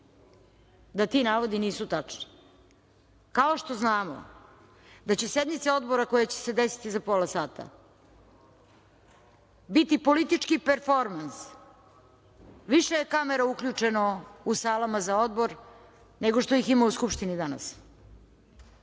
da ti navodi nisu tačni, kao što znamo da će sednica odbora koja će se desiti za pola sati biti politički performans. Više je kamera uključeno u salama za odbor nego što ih ima u Skupštini danas,